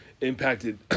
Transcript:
impacted